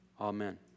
Amen